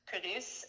Produce